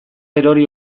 erori